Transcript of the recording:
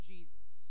Jesus